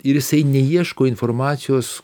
ir jisai neieško informacijos